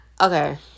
Okay